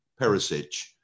Perisic